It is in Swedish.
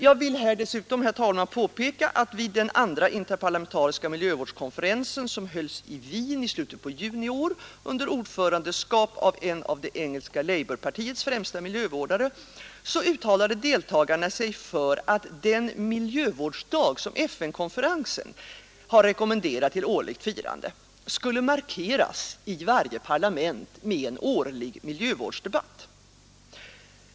Jag vill här dessutom, herr talman, påpeka att vid den andra interparlamentariska miljövårdskonferensen, som hölls i Wien i slutet på juni i år under ordförandeskap av en av det engelska labourpartiets främsta miljövårdare, uttalade deltagarna sig för att den miljövårdsdag som FN-konferensen har rekommenderat till årligt firande skulle markeras i varje parlament genom en miljövårdsdebatt.